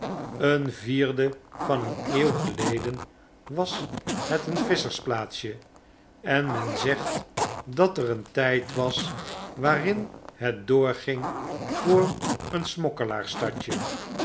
een vierde van een eeuw geleden was heteen visschersplaatsje en men zegt dat er een tyd was waarin het doorging voor een